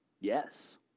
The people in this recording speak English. Yes